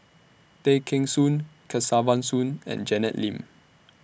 Tay Kheng Soon Kesavan Soon and Janet Lim